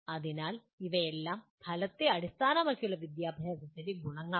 അതിനാൽ ഇവയെല്ലാം ഫലത്തെ അടിസ്ഥാനമാക്കിയുള്ള വിദ്യാഭ്യാസത്തിൻ്റെ ഗുണങ്ങളാണ്